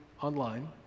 online